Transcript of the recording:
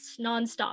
nonstop